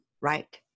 right